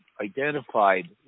identified –